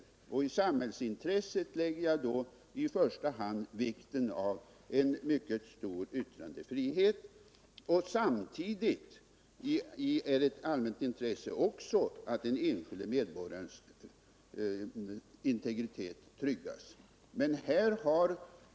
När det gäller samhällsintresset vill jag i första hand betona vikten av en mycket stor yttrandefrihet, samtidigt som det är viktigt att den enskilde medborgarens integritet tryggas.